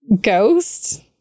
ghost